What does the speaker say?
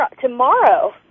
tomorrow